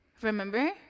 remember